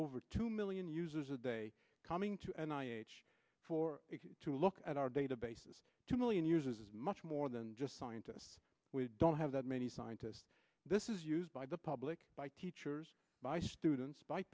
over two million users a day coming to an i h four to look at our databases two million years is much more than just scientists we don't have that many scientists this is used by the public by teachers by students by